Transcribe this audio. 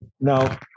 Now